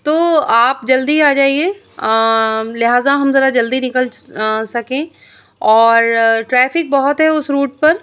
تو آپ جلدی آ جائیے لہٰذا ہم ذرا جلدی نکل سکیں اور ٹریفک بہت ہے اس روٹ پر